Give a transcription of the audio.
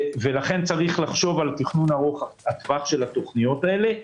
לכן צריך לחשוב על תכנון ארוך-טווח של התוכניות האלה.